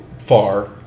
far